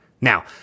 now